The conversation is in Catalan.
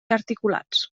articulats